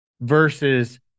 versus